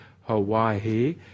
Hawaii